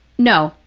no.